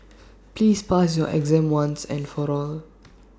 please pass your exam once and for all